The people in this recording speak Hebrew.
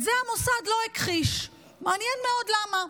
את זה המוסד לא הכחיש, מעניין מאוד למה.